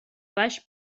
baix